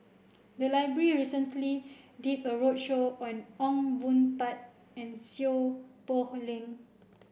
the library recently did a roadshow on Ong Boon Tat and Seow Poh Leng